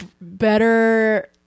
better